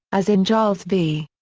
as in giles v.